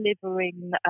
delivering